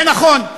זה נכון,